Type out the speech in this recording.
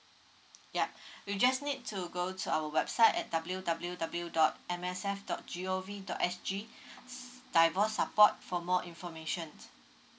yup you just need to go to our website at W W W dot M S F dot G_O_V dot S_G divorce support for more information